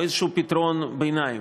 או איזשהו פתרון ביניים,